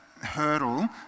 hurdle